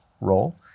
role